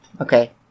okay